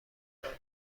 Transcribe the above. نداره